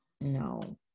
No